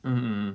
mm mm